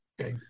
okay